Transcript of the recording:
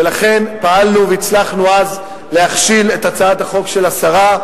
ולכן פעלנו והצלחנו אז להכשיל את הצעת החוק של השרה,